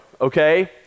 okay